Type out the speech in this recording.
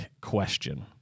question